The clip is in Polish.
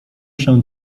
się